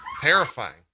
Terrifying